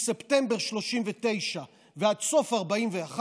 מספטמבר 1939 ועד סוף 1941,